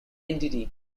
entity